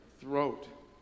throat